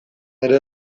ere